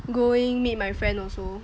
going meet my friend also